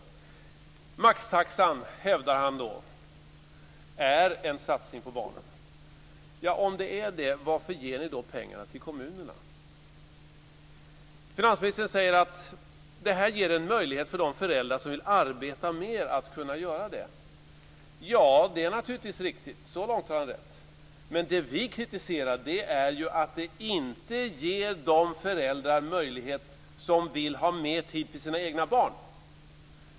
Finansministern hävdar att maxtaxan är en satsning på barnen. Men om det är så, varför ger ni då pengarna till kommunerna? Finansministern säger att detta ger en möjlighet för de föräldrar som vill arbeta mer att kunna göra det. Ja, det är naturligtvis riktigt. Så långt har han rätt. Men det vi kritiserar är ju att det inte ger de föräldrar som vill ha mer tid för sina egna barn möjlighet till det.